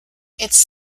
its